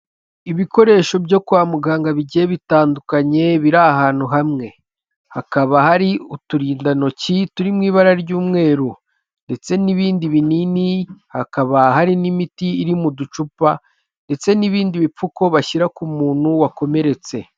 Ibikoresho byo kwa muganga bigiye bitandukanye biri ahantu hamwe, hakaba hari uturindantoki turi mu ibara ry'umweru ndetse n'ibindi binini, hakaba hari n'imiti iri mu ducupa ndetse n'ibindi bipfuko bashyira ku muntu wakomeretse.